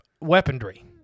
weaponry